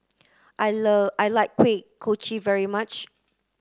I I like Kuih Kochi very much